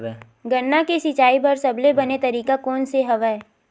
गन्ना के सिंचाई बर सबले बने तरीका कोन से हवय?